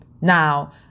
Now